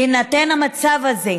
בהינתן המצב הזה,